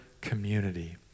community